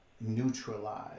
neutralize